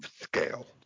scale